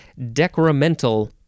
Decremental